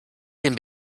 den